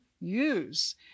use